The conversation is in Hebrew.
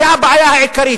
זו הבעיה העיקרית,